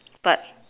but